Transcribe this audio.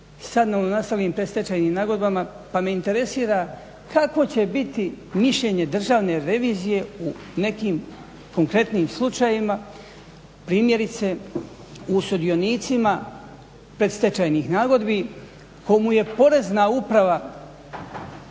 sa novonastalim predstečajnim nagodbama kakvo će biti mišljenje Državne revizije u nekim konkretnim slučajevima primjerice u sudionicima predstečajnih nagodbi komu je Porezna uprava